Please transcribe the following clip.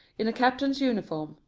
in a captain's uniform,